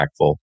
impactful